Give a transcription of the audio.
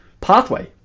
pathway